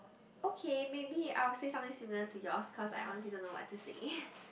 okay maybe I will say something similar to yours cause I honestly don't know what to say